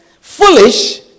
foolish